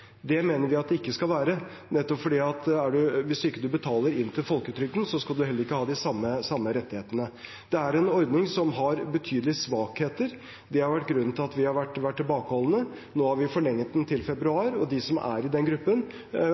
Det mener vi at det ikke skal være, nettopp fordi at hvis ikke man betaler inn til folketrygden, skal man heller ikke ha de samme rettighetene. Det er en ordning som har betydelige svakheter. Det har vært grunnen til at vi har vært tilbakeholdne. Nå har vi forlenget den til februar, og de som er i den gruppen,